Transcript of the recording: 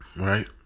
Right